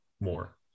more